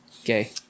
Okay